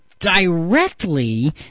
directly